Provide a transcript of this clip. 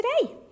today